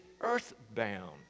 earthbound